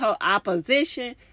opposition